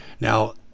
now